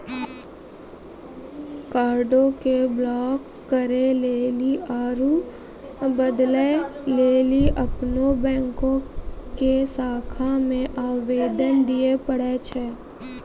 कार्डो के ब्लाक करे लेली आरु बदलै लेली अपनो बैंको के शाखा मे आवेदन दिये पड़ै छै